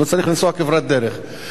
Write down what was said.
צריך לנסוע כברת דרך.